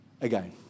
again